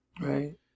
Right